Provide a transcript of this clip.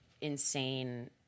insane